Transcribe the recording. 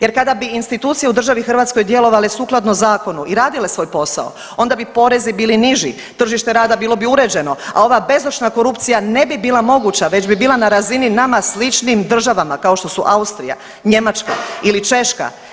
Jer kada bi institucije u državi Hrvatskoj djelovale sukladno zakonu i radile svoj posao onda bi porezi bili niži, tržište rada bilo bi uređeno, a ova bezočna korupcija ne bi bila moguća već bi bila na razini nama sličnim državama kao što su Austrija, Njemačka ili Češka.